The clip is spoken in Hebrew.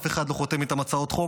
אף אחד לא חותם איתם על הצעות חוק,